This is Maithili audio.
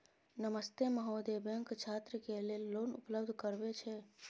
नमस्ते महोदय, बैंक छात्र के लेल लोन उपलब्ध करबे छै?